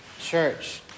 church